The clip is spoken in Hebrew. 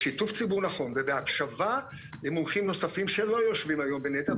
בשיתוף ציבור נכון ובהקשבה למומחים נוספים שהם לא יושבים היום בנת"ע,